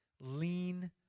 lean